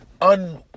un-